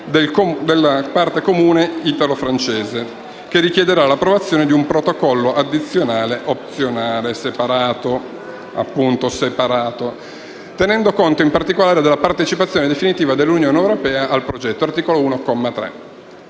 della parte comune italo-francese, che richiederà l'approvazione di un protocollo addizionale opzionale separato (appunto: separato), tenendo conto, in particolare, della partecipazione definitiva dell'Unione europea al progetto (articolo 1,